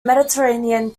mediterranean